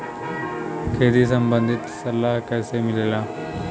खेती संबंधित सलाह कैसे मिलेला?